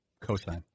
Cosine